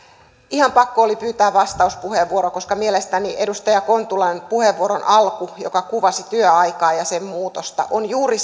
ihan pakko oli pyytää vastauspuheenvuoro koska mielestäni edustaja kontulan puheenvuoron alku joka kuvasi työaikaa ja sen muutosta on juuri